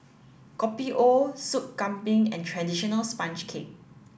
Kopi O Sup kambing and traditional sponge cake